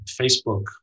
Facebook